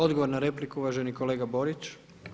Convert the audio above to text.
Odgovor na repliku, uvaženi kolega Borić.